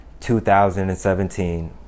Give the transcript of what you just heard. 2017